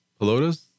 Pelotas